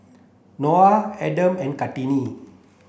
Noah Adam and Kartini